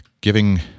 giving